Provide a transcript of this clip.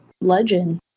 legend